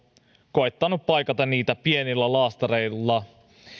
koettanut paikata niitä pienillä laastareilla